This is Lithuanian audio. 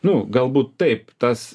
na galbūt taip tas